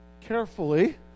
carefully